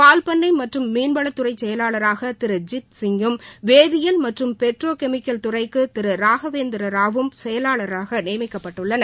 பால்பண்ணை மற்றும் மீன்வளத்துறை செயவாளராக திரு ஜித்சிங்கும் வேதியியில் மற்றும் பெட்ரோ கெமிக்கல் துறைக்கு திரு ராகவேந்திரராவும் செயலாளர்களாக நியமிக்கப்பட்டுள்ளார்கள்